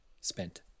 spent